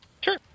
sure